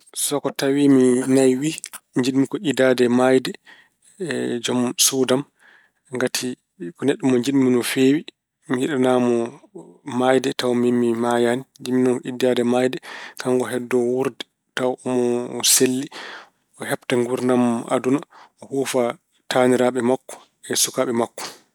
So ko tawi mi naywii, jiɗmi ko idaade maayde e jom suudu am. Ngati ko neɗɗo mo njiɗmi no feewi. Mi yiɗanaamo maayde tawa miin mi mayaani. Njiɗmi ko idaade maayde kanko o heddoo wuurde tawa omo selli. O heɓta nguurdam aduna. O huufa taaniraaɓe makko e sukaaɓe makko.